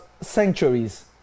sanctuaries